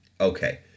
Okay